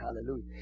Hallelujah